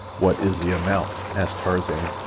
what is the amount? asked tarzan.